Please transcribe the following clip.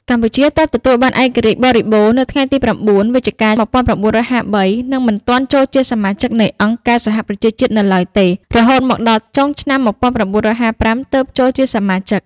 កម្ពុជាទើបទទួលបានឯករាជ្យបរិបូណ៌នៅថ្ងៃទី៩វិច្ចិកា១៩៥៣ និងមិនទាន់ចូលជាសមាជិកនៃអង្គការសហប្រជាជាតិនូវឡើយទេ រហូតមកដល់ចុងឆ្នាំ១៩៥៥ ទើបចូលជាសមាជិក។